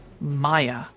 Maya